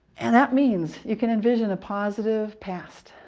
and that means you can envision a positive past.